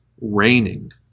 Raining